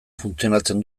funtzionatzen